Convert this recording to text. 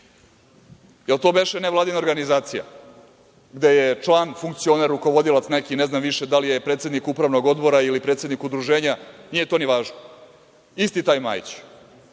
Jel to beše nevladina organizacija gde je član, funkcioner, rukovodilac neki, ne znam više da li je predsednik upravnog odbora ili predsednik udruženja, nije to ni važno, isti taj Majić?